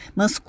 mas